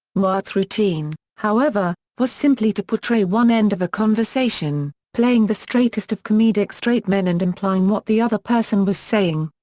newhart's routine, however, was simply to portray one end of a conversation, playing the straightest of comedic straight men and implying what the other person was saying.